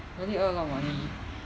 really earn a lot of money